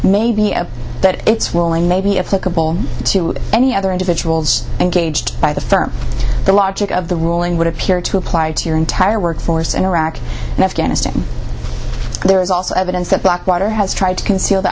may be that its ruling may be of clickable to any other individuals engaged by the firm the logic of the ruling would appear to apply to your entire workforce in iraq and afghanistan there is also evidence that blackwater has tried to conceal the